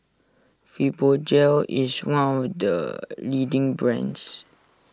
Fibogel is one of the leading brands